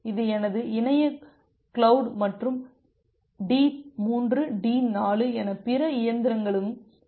இது எனது இணைய குலவுடு மற்றும் D3 D4 என பிற இயந்திரங்களும் உள்ளன